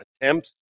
attempts